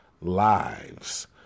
lives